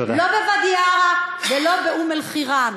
לא בוואדי-עארה ולא באום-אלחיראן,